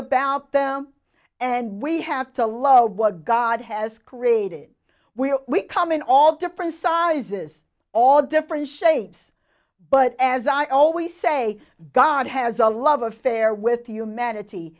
about them and we have to love what god has created where we come in all different sizes all different shapes but as i always say god has a love affair with humanity